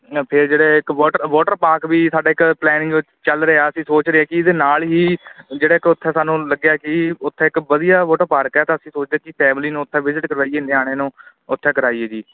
ਫਿਰ ਜਿਹੜੇ ਇੱਕ ਵੋਟਰ ਵੋਟਰ ਪਾਰਕ ਵੀ ਸਾਡਾ ਇੱਕ ਪਲੈਨਿੰਗ ਚੱਲ ਰਿਹਾ ਅਸੀਂ ਸੋਚ ਰਹੇ ਕਿ ਇਹਦੇ ਨਾਲ ਹੀ ਜਿਹੜਾ ਇੱਕ ਉੱਥੇ ਸਾਨੂੰ ਲੱਗਿਆ ਕਿ ਉੱਥੇ ਇੱਕ ਵਧੀਆ ਵੋਟਰ ਪਾਰਕ ਹੈ ਤਾਂ ਅਸੀਂ ਸੋਚਦੇ ਕਿ ਫੈਮਲੀ ਨੂੰ ਉੱਥੇ ਵਿਜ਼ਟ ਕਰਵਾਈਏ ਨਿਆਣਿਆਂ ਨੂੰ ਉੱਥੇ ਕਰਵਾਈਏ ਜੀ